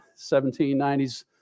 1790s